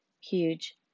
huge